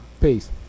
Peace